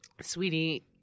Sweetie